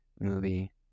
movie